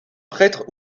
prêtre